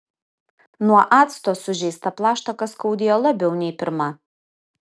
nuo acto sužeistą plaštaką skaudėjo labiau nei pirma